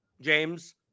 james